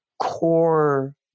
core